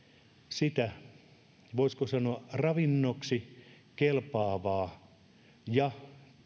sitä voisiko sanoa ravinnoksi kelpaavaa ja